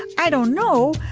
i don't know,